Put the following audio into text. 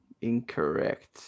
Incorrect